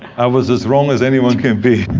i was as wrong as anyone can be.